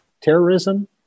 terrorism